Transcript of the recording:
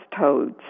toads